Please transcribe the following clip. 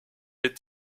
est